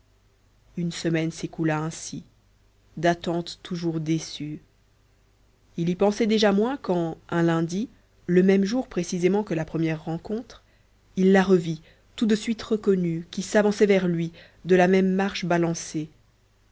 une semaine s'écoula ainsi d'attente toujours déçue il y pensait déjà moins quand un lundi le même jour précisément que la première rencontre il la revit tout de suite reconnue qui s'avançait vers lui de la même marche balancée